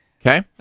Okay